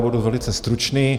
Budu velice stručný.